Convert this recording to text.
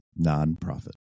Nonprofit